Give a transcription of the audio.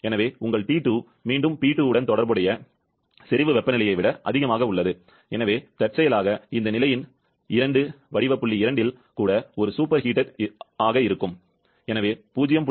எனவே உங்கள் T2 மீண்டும் P2 உடன் தொடர்புடைய செறிவு வெப்பநிலையை விட அதிகமாக உள்ளது எனவே தற்செயலாக இந்த நிலையின் ம் 2 வடிவ புள்ளி 2 இல் கூட ஒரு சூப்பர் ஹீட் ஆகும் எனவே 0